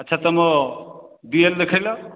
ଆଚ୍ଛା ତୁମ D L ଦେଖାଇଲ